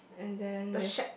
and then there's